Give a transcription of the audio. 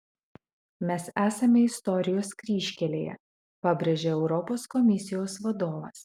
mes esame istorijos kryžkelėje pabrėžė europos komisijos vadovas